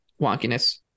wonkiness